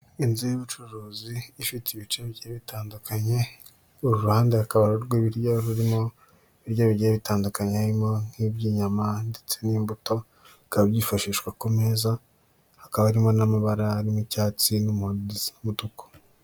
Inzu y'ubucuruzi ifite ibice bigiye bitandukanye ,uruhande hakaba ari urw'ibiryo rurimo ibiryo bigiye bitandukanye harimo nk'iby'inyama ndetse n'imbuto bikaba byifashishwa ku meza hakaba harimo n'amabara harimo icyatsi n'umumodo mutuku.